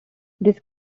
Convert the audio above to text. this